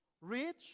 rich